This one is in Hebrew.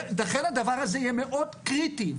הדבר הזה מאוד קריטי.